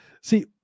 See